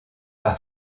par